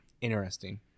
interesting